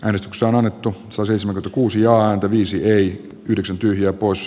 äänestyksen annettu sai seitsemän kuusi ja viisi ei yhdeksän tyyliä pois